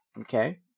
Okay